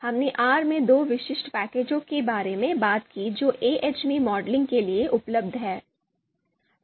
हमने आर में दो विशिष्ट पैकेजों के बारे में बात की जो AHPमॉडलिंग के लिए उपलब्ध हैं